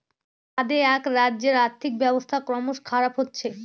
অ্দেআক রাজ্যের আর্থিক ব্যবস্থা ক্রমস খারাপ হচ্ছে